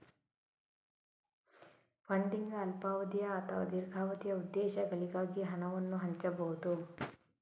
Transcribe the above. funding ಅಲ್ಪಾವಧಿಯ ಅಥವಾ ದೀರ್ಘಾವಧಿಯ ಉದ್ದೇಶಗಳಿಗಾಗಿ ಹಣವನ್ನು ಹಂಚಬಹುದು